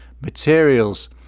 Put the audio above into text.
materials